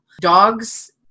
Dogs